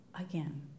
again